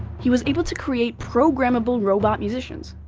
he was able to create programmable robot musicians.